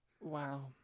Wow